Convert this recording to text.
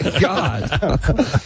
God